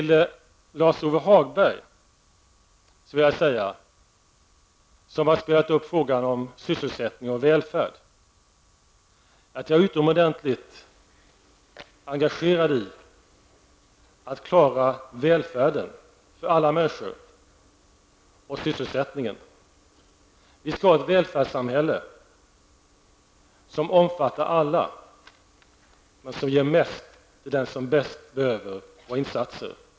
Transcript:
Lars-Ove Hagberg berörde frågor om sysselsättning och välfärd. Själv är jag utomordentligt engagerad i strävan att klara både sysselsättningen och välfärden för alla människor. Vi skall ha ett välfärdssamhälle som omfattar alla men som ger mest åt dem som bäst behöver våra insatser.